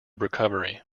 recovery